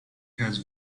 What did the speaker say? has